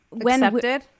accepted